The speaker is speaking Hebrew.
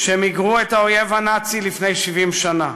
שמיגרו את האויב הנאצי לפני 70 שנה.